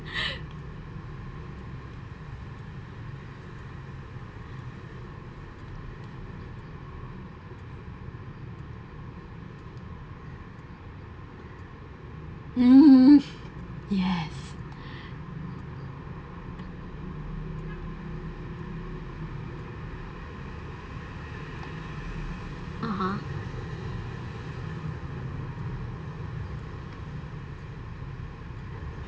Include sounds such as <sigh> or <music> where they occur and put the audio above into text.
<breath> mm yes (uh huh)